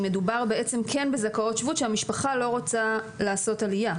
מדובר כן בזכאיות שבות שהמשפחה לא רוצה לעשות עלייה.